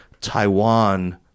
Taiwan